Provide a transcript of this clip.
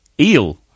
Eel